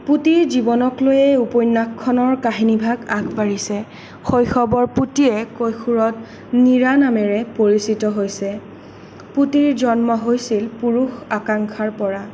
পুতিৰ জীৱনক লৈয়ে উপন্যাসখনৰ কাহিনী ভাগ আগবাঢ়িছে শৈশৱৰ পুতিয়ে কৈশোৰত নীৰা নামেৰে পৰিচিত হৈছে পুতিৰ জন্ম হৈছিল পুৰুষ আকাংক্ষাৰ পৰা